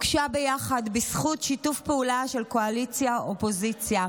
הוגשה ביחד בזכות שיתוף פעולה של קואליציה ואופוזיציה.